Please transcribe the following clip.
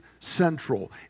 central